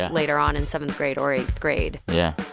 later on in seventh grade or eighth grade yeah.